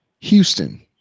Houston